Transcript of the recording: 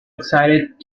excited